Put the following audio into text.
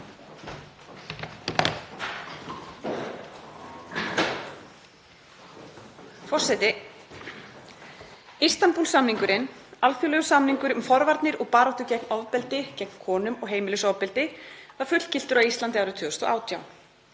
Forseti. Istanbúl-samningurinn, alþjóðlegur samningur um forvarnir og baráttu gegn ofbeldi gegn konum og heimilisofbeldi, var fullgiltur á Íslandi árið 2018.